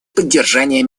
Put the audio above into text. поддержания